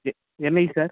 எ என்றைக்கு சார்